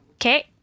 Okay